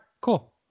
cool